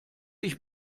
ich